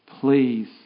please